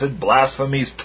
blasphemies